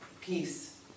Peace